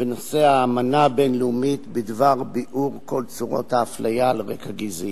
את נושא האמנה הבין-לאומית בדבר ביעור כל צורות האפליה על רקע גזעי.